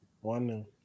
One